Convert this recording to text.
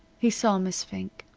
he saw miss fink.